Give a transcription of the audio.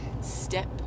Step